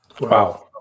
Wow